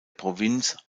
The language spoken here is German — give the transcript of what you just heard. provinz